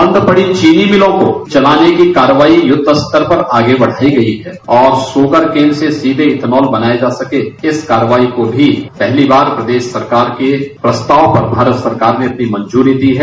बंद पड़े चीनी मिलों को चलाने की कार्यवाई युद्ध स्तर पर आगे बढ़ती गई है और शुगर कोन से सीधे एथनॉल बनाये जा सके इस कार्यवाई को भी पहली बार प्रदेश सरकार के प्रस्ताव पर भारत सरकार ने अपनी मंजूरी दी है